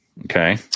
Okay